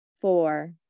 four